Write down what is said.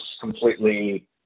completely